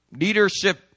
leadership